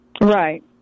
Right